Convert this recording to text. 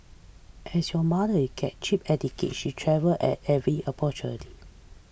as you mother get cheap tickets she travel at every opportunity